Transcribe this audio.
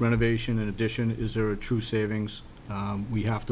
renovation in addition is there a true savings we have to